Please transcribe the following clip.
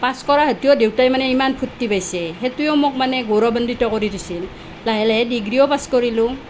পাছ কৰাৰ হেইতু দেউতাই ইমান ফুৰ্টি পাইছে সেইটোৱেও মোক মানে গৌৰৱান্বিত কৰি দিছিল লাহে লাহে ডিগ্ৰীও পাছ কৰিলোঁ